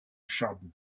charbon